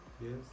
Yes